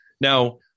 now